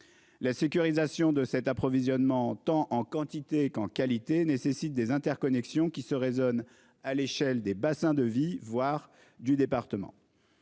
La sécurisation de cet approvisionnement tant en quantité qu'en qualité nécessite des interconnexions qui se raisonne à l'échelle des bassins de vie, voire du département.